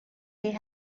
they